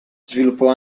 sviluppò